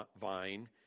vine